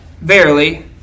verily